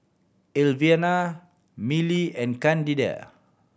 Elvina Millie and Candida